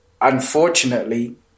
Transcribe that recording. unfortunately